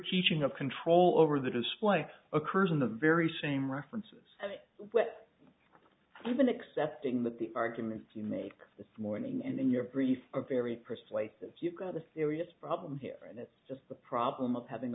teaching of control over the display occurs in the very same references even accepting that the arguments you make the snoring and in your brief are very persuasive you've got a serious problem here and that's just the problem of having